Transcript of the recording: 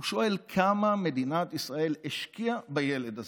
הוא שואל כמה מדינת ישראל השקיעה בילד הזה.